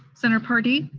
senator paradee?